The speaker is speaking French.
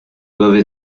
doivent